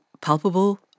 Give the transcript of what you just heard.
palpable